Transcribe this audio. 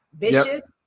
vicious